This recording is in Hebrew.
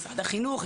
משרד החינוך,